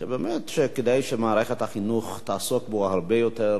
שבאמת כדאי שמערכת החינוך תעסוק בו הרבה יותר,